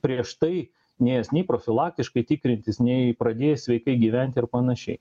prieš tai nėjęs nei profilaktiškai tikrintis nei pradėjęs sveikai gyventi ir panašiai